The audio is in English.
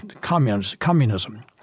communism